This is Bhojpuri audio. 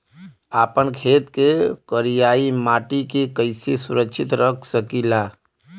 आपन खेत के करियाई माटी के कइसे सुरक्षित रख सकी ला?